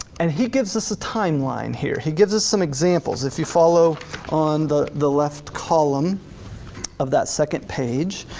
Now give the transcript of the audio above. and he gives us a timeline here. he gives us some examples. if you follow on the the left column of that second page.